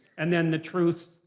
and then the truth,